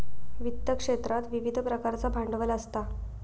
वित्त क्षेत्रात विविध प्रकारचा भांडवल असता